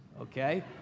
okay